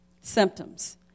symptoms